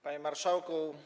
Panie Marszałku!